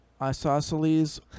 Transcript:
Isosceles